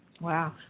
Wow